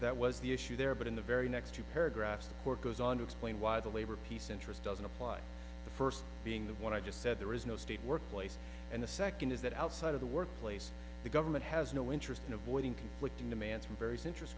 that was the issue there but in the very next two paragraphs the court goes on to explain why the labor peace interest doesn't apply the first being the one i just said there is no state workplace and the second is that outside of the workplace the government has no interest in avoiding conflicting demands from various interest